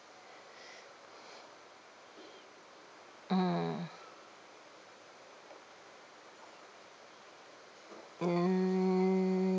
mm mm